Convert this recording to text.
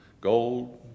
gold